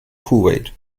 kuwait